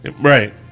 Right